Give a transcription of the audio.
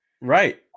Right